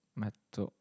metto